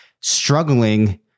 struggling